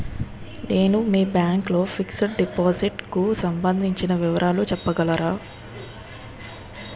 నేను మీ బ్యాంక్ లో ఫిక్సడ్ డెపోసిట్ కు సంబందించిన వివరాలు చెప్పగలరా?